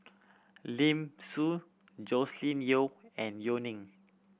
Lim Soo Joscelin Yeo and Yeo Ning